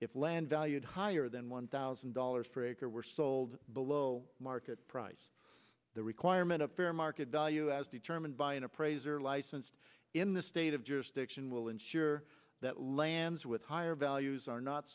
if land value higher than one thousand dollars for a car were sold below market price the requirement of fair market value as determined by an appraiser licensed in the state of jurisdiction will ensure that lands with higher values are not